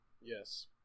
Yes